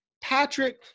Patrick